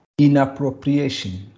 inappropriation